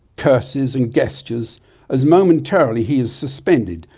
curses and gestures as momentarily he is suspended,